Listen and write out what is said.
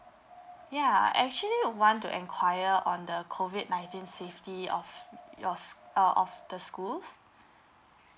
ya actually want to enquire on the COVID nineteen safety of yours uh of the schools